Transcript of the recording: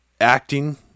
Acting